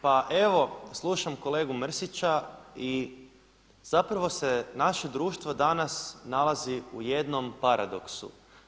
Pa evo slušam kolegu Mrsića i zapravo se naše društvo danas nalazi u jednom paradoksu.